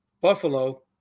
Buffalo